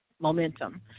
Momentum